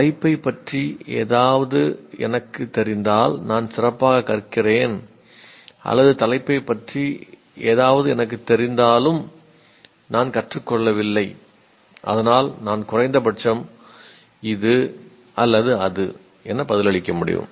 தலைப்பைப் பற்றி எனக்கு ஏதாவது தெரிந்தால் நான் சிறப்பாகக் கற்கிறேன் அல்லது தலைப்பைப் பற்றி ஏதாவது எனக்குத் தெரிந்தாலும் நான் கற்றுக்கொள்ளவில்லை அதனால் நான் குறைந்தபட்சம் இது அல்லது அது என பதிலளிக்க முடியும்